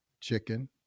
chicken